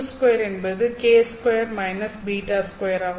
u2 என்பது k2-β2 ஆகும்